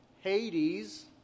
Hades